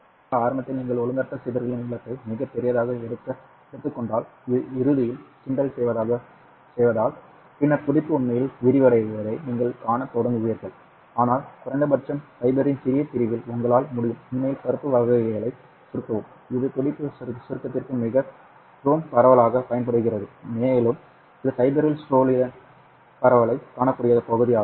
நிச்சயமாக ஆரம்பத்தில் நீங்கள் ஒழுங்கற்ற சிதறலின் நீளத்தை மிகப் பெரியதாக எடுத்துக் கொண்டால் இறுதியில் கிண்டல் செய்வதால் பின்னர் துடிப்பு உண்மையில் விரிவடைவதை நீங்கள் காணத் தொடங்குவீர்கள்ஆனால் குறைந்தபட்சம் ஃபைபரின் சிறிய பிரிவில் உங்களால் முடியும் உண்மையில் பருப்பு வகைகளை சுருக்கவும் இது துடிப்பு சுருக்கத்திற்கு மிகவும் பரவலாகப் பயன்படுத்தப்படுகிறது மேலும் இது ஃபைபரில் சொலிடன் பரவலைக் காணக்கூடிய பகுதியாகும்